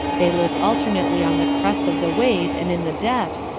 they live alternately on the crest of the wave and in the depths,